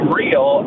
real